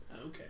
Okay